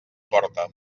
porta